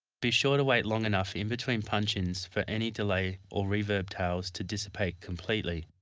be sure to wait long enough in between punch ins for any delay or reverb tails to dissipate completely,